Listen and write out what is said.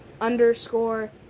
underscore